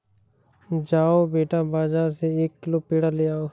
जाओ बेटा, बाजार से एक किलो पेड़ा ले आओ